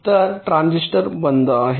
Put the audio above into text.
तर हे ट्रांझिस्टर बंद आहे